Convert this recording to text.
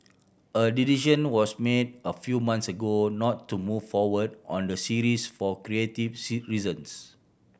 a decision was made a few months ago not to move forward on the series for creative C reasons